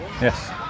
Yes